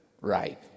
Right